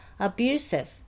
abusive